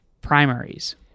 primaries